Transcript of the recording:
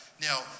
Now